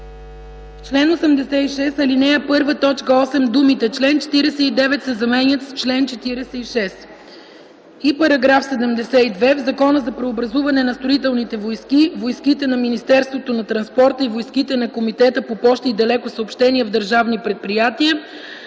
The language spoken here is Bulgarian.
чл. 86, ал. 1, т. 8 думите „чл. 49” се заменят с „чл. 46”. § 72. В Закона за преобразуване на Строителните войски, Войските на Министерството на транспорта и Войските на Комитета по пощи и далекосъобщения в държавни предприятия